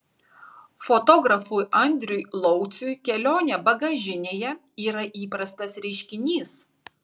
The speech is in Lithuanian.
fotografui andriui lauciui kelionė bagažinėje yra įprastas reiškinys